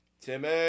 Timmy